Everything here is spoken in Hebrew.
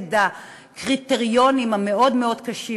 כנגד הקריטריונים המאוד-מאוד קשים,